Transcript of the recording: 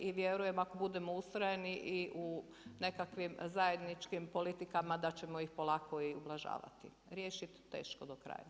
I vjerujem ako budemo ustrajni i u nekakvim zajedničkim politikama da ćemo ih polako i ublažavati, riješit teško do kraja.